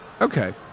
Okay